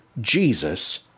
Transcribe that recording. Jesus